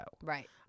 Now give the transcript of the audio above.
Right